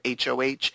HOH